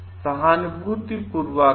सहानुभूति पूर्वाग्रह